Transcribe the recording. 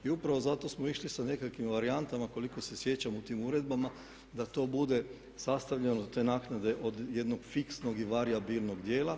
I upravo zato smo išli sa nekakvim varijantama koliko se sjećam u tim uredbama da to bude sastavljeno te naknade od jednog fiksnog i varijabilnog dijela.